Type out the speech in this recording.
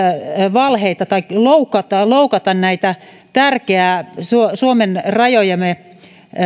valheita tai loukattaisi näitä tärkeää työtä tekeviä suomen rajojen